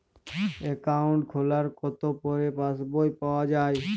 Account খোলার কতো পরে পাস বই পাওয়া য়ায়?